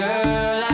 Girl